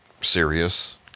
serious